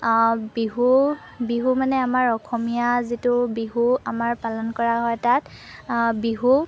বিহু বিহু মানে আমাৰ অসমীয়া যিটো বিহু আমাৰ পালন কৰা হয় তাত বিহু